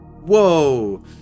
Whoa